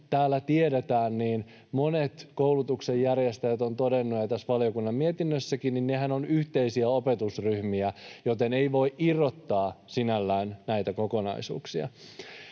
täällä tiedetään, monet koulutuksen järjestäjät ovat todenneet, kuten tässä valiokunnan mietinnössäkin, että nehän ovat yhteisiä opetusryhmiä, joten ei voi irrottaa sinällään näitä kokonaisuuksia.